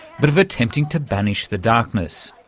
but of attempting to banish the darkness.